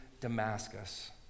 Damascus